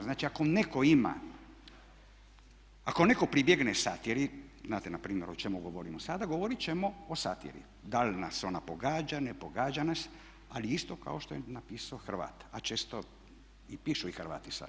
Znači ako netko ima, ako netko pribjegne satiri znate npr. o čemu govorimo sada, govorit ćemo o satiri, da li nas ona pogađa, ne pogađa nas ali isto kao što je napisao Hrvat, a često i pišu i Hrvati sada.